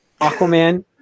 aquaman